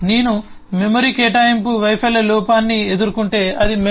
నేను మెమరీ కేటాయింపు వైఫల్య లోపాన్ని ఎదుర్కొంటే అది memory